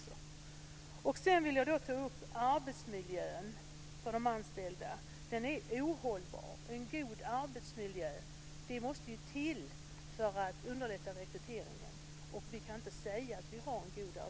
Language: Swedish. Sedan vill jag ta upp arbetsmiljön för de anställda. Den är ohållbar. En god arbetsmiljö måste till för att underlätta rekryteringen. Vi kan inte säga att arbetsmiljön är god i dag.